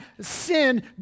sin